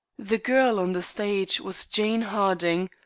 the girl on the stage was jane harding,